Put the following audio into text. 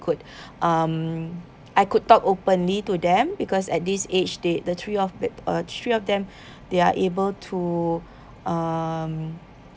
could um I could talk openly to them because at this age they the three of it uh three of them they are able to um